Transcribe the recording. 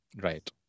Right